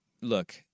look